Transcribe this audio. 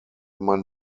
man